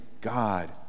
God